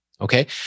Okay